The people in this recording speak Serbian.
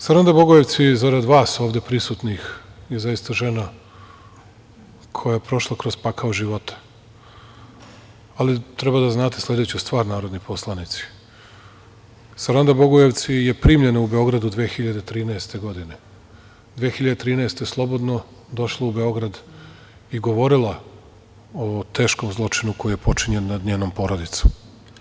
Saranda Bogojevci, zarad vas, ovde prisutnih je, zaista žena koja prošla kroz pakao života, ali treba da znate sledeću stvar, narodni poslanici, Saranda Bogojevci je primljena u Beogradu 2013. godine, 2013. godine je slobodno došla u Beograd i govorila o teškom zločinu koji je počinjen nad njenom porodicom.